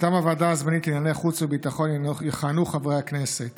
מטעם הוועדה הזמנית לענייני חוץ וביטחון יכהנו חברי הכנסת